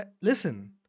Listen